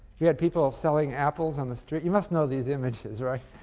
we had people selling apples on the street you must know these images, right?